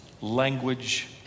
language